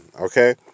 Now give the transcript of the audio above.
Okay